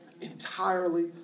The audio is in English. Entirely